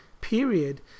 period